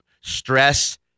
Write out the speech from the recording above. stress